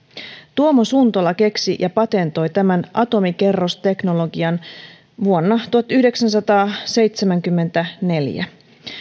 tuomo suntola keksi ja patentoi tämän atomikerrosteknologian vuonna tuhatyhdeksänsataaseitsemänkymmentäneljä